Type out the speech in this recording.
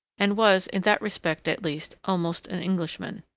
and was, in that respect at least, almost an englishman.